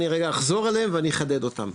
אני רגע אחזור עליהם ואני אחדד אותם,